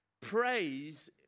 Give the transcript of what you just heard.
Praise